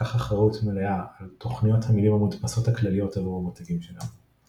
קח אחריות מלאה על תוכניות המילים המודפסות הכלליות עבור המותגים שלו.